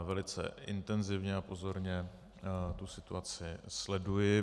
Velice intenzivně a pozorně tu situaci sleduji.